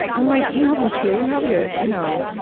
i'm like, you haven't a clue, have you? you know,